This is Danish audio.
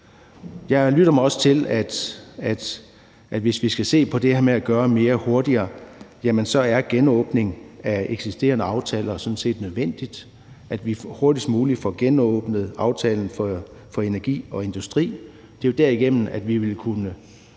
Jeg lytter mig også til, at hvis vi skal se på det her med at gøre mere hurtigere, så er genåbning af eksisterende aftaler sådan set nødvendig, altså at vi hurtigst muligt får genåbnet aftalen for energi og industri – det er jo derigennem, at vi vil kunne